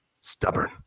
stubborn